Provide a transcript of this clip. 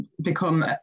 become